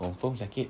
confirm sakit